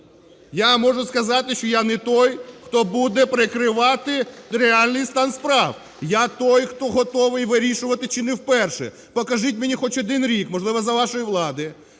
Я можу сказати, що я не той, хто буде прикривати реальний стан справ, я той, хто готовий вирішувати чи не вперше. Покажіть мені хоч один рік, можливо, за вашої влади,